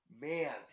Man